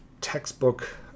textbook